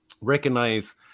Recognize